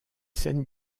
scènes